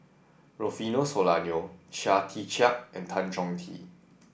Rufino Soliano Chia Tee Chiak and Tan Chong Tee